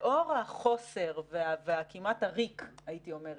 לאור החוסר, וכמעט הריק הייתי אומרת,